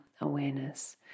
awareness